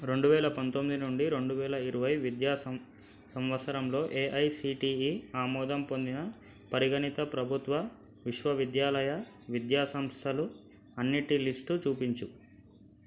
రెండు వేల పంతొమ్మిది నుండి రెండు వేల ఇరవై విద్యా సం సంవత్సరంలో ఏఐసిటిఈ ఆమోదం పొందిన పరిగణిత ప్రభుత్వ విశ్వవిద్యాలయ విద్యాసంస్థలు అన్నిటి లిస్టు చూపించు